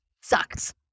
sucks